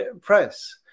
press